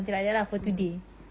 mmhmm